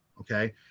okay